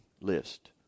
list